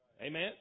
Amen